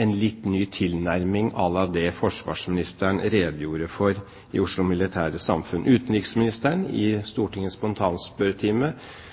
en litt ny tilnærming à la det forsvarsministeren redegjorde for i Oslo Militære Samfund? I Stortingets spontanspørretime ville ikke utenriksministeren